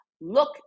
Look